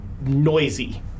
noisy